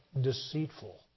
deceitful